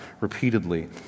repeatedly